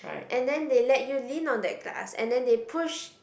and then they let you lean on that glass and then they push